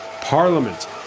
Parliament